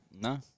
No